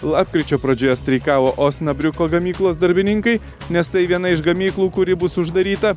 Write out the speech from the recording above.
lapkričio pradžioje streikavo osnabriuko gamyklos darbininkai nes tai viena iš gamyklų kuri bus uždaryta